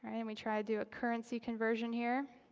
and we try to do a currency conversion here.